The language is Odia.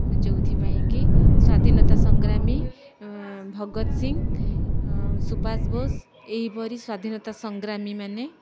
ଯେଉଁଥିପାଇଁକି ସ୍ଵାଧୀନତା ସଂଗ୍ରାମୀ ଭଗତ ସିଂ ସୁବାଷ ବୋଷ ଏହିପରି ସ୍ଵାଧୀନତା ସଂଗ୍ରାମୀମାନେ